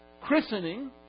christening